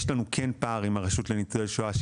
כן יש לנו פער עם הרשות לניצולי שואה,